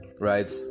right